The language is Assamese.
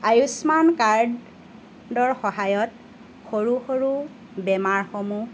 আয়ুস্মান কাৰ্ডৰ সহায়ত সৰু সৰু বেমাৰসমূহ